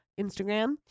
Instagram